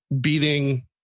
beating